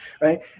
right